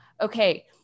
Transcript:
okay